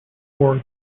for